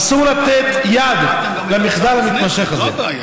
אסור לנו לתת יד למחדל המתמשך הזה.